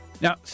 Now